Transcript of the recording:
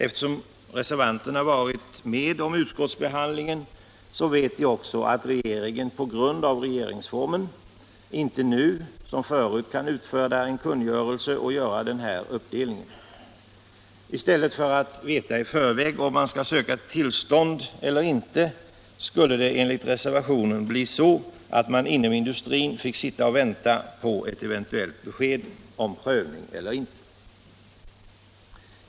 Eftersom reservanterna varit med om utskottsbehandlingen vet de också att regeringen — enligt regeringsformen —- inte nu som förut kan utfärda en kungörelse och göra den här uppdelningen. I stället för att veta i förväg om man skall söka tillstånd eller inte skulle det enligt reservationen bli så att man inom industrin fick' sitta och vänta på ett eventuellt besked om prövning eller inte.